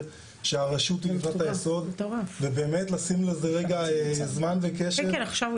שהרשות היא לבנת היסוד ובאמת לשים לזה רגע זמן וקשב,